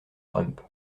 trump